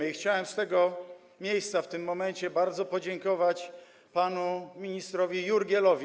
I chciałem z tego miejsca w tym momencie bardzo podziękować panu ministrowi Jurgielowi.